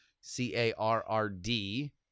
C-A-R-R-D